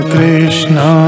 Krishna